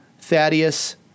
Thaddeus